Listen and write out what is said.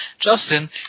Justin